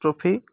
trophy